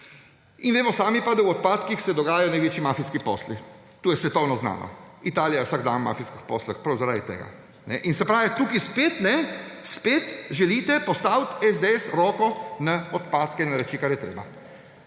In vemo sami, da pa v odpadkih se dogajajo največji mafijski posli. To je svetovno znano. Italija je vsak dan v mafijskih poslih prav zaradi tega. Tukaj spet želite postaviti SDS-roko na odpadke in na reči, kar je treba.